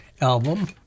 album